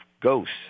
ghosts